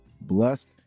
blessed